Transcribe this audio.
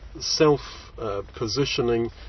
self-positioning